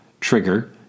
Trigger